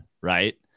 right